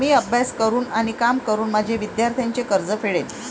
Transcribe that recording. मी अभ्यास करून आणि काम करून माझे विद्यार्थ्यांचे कर्ज फेडेन